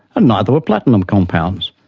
and neither were platinum compounds,